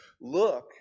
look